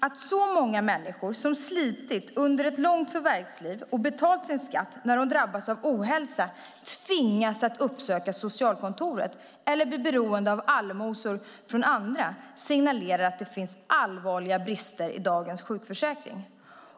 Att så många människor som slitit och betalt skatt under ett långt förvärvsliv tvingas uppsöka socialkontoret eller blir beroende av allmosor från andra när de drabbas av ohälsa signalerar att det finns allvarliga brister i dagens sjukförsäkring.